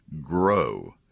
grow